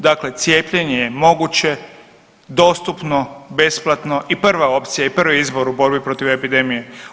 Dakle, cijepljenje je moguće, dostupno, besplatno i prva opcija i prvi izbor u borbi protiv epidemije.